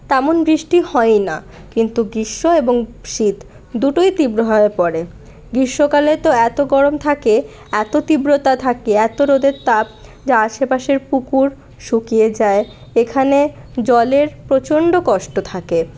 তেমন বৃষ্টি হয়না কিন্তু গ্রীষ্ম এবং শীত দুটোই তীব্রভাবে পড়ে গ্রীষ্মকালে তো এত গরম থাকে এত তীব্রতা থাকে এত রোদের তাপ যা আশেপাশের পুকুর শুকিয়ে যায় এখানে জলের প্রচণ্ড কষ্ট থাকে